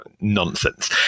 nonsense